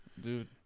dude